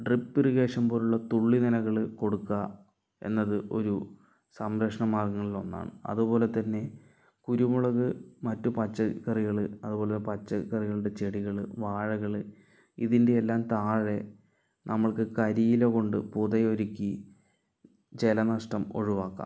drip irrigation പോലുള്ള തുള്ളി നനകൾ കൊടുക്കുക എന്നത് ഒരു സംരക്ഷണ മാർഗങ്ങളിലൊന്നാണ് അതുപോലെ തന്നെ കുരുമുളക് മറ്റു പച്ചക്കറികൾ അതുപോലെ പച്ചക്കറികളുടെ ചെടികൾ വാഴകൾ ഇതിൻ്റെയെല്ലാം താഴെ നമ്മൾക്ക് കരിയില കൊണ്ട് പുത ഒരുക്കി ജലനഷ്ടം ഒഴിവാക്കാം